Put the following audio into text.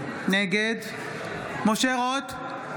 נגד משה רוט,